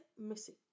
missing